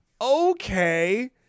okay